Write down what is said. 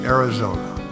Arizona